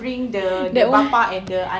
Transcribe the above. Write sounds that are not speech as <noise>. <laughs> that one